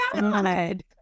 god